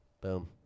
Boom